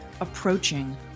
approaching